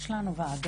פנינה, יש לנו ועדות.